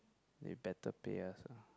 they better pay us ah